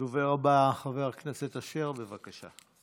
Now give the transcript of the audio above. הדובר הבא, חבר הכנסת אשר, בבקשה.